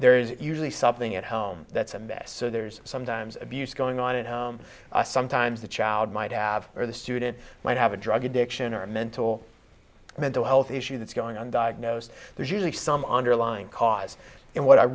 there is usually something at home that's a mess so there's sometimes abuse going on and sometimes the child might have or the student might have a drug addiction or mental mental health issue that's going on diagnosed there's usually some underlying cause and what i